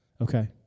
Okay